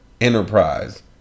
Enterprise